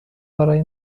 برای